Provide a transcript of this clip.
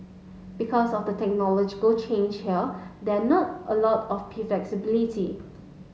because of the technological change here there not a lot of flexibility